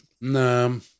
No